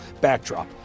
backdrop